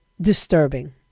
disturbing